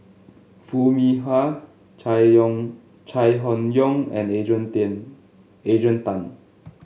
Foo Mee Har Chai Yoong Chai Hon Yoong and Adrian Adrian Tan